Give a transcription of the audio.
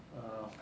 err